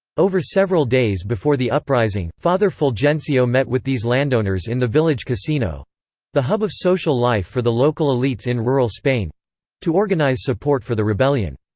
over several days before the uprising, father fulgencio met with these landowners in the village casino the hub of social life for the local elites in rural spain to organize support for the rebellion.